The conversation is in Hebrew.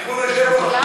למה?